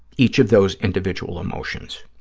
each of those individual emotions.